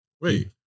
Wait